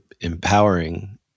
empowering